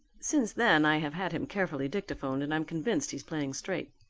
since then, i have had him carefully dictaphoned and i'm convinced he's playing straight.